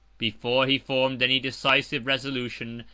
before he formed any decisive resolution,